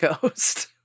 ghost